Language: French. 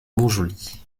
montjoly